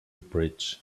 bridge